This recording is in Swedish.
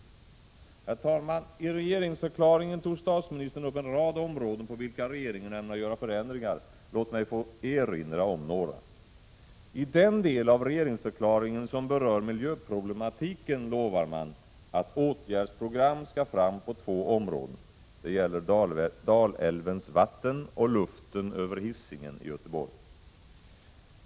Herr talman! I regeringsförklaringen tog statsministern upp en rad områden på vilka regeringen ämnar göra förändringar. Låt mig få erinra om några: I den del av regeringsförklaringen som berör miljöproblematiken lovar man att åtgärdsprogram skall fram på två områden; det gäller Dalälvens vatten och luften över Hisingen i Göteborg.